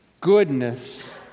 goodness